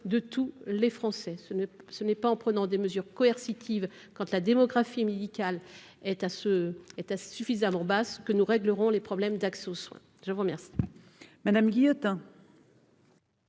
de tous les Français. Ce n'est pas en prenant des mesures coercitives quand la démographie médicale est basse que nous réglerons les problèmes d'accès aux soins. La parole